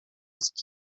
skin